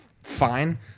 fine